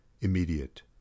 Immediate